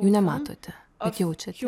jų nematote bet jaučiate